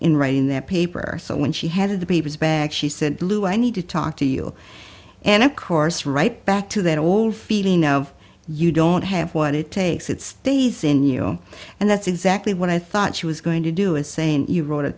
in writing that paper so when she had the papers back she said lou i need to talk to you and of course right back to that old feeling of you don't have what it takes it stays in you and that's exactly what i thought she was going to do is saying you wrote a